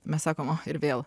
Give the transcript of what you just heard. mes sakom och ir vėl